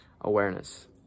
awareness